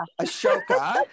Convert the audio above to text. Ashoka